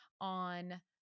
on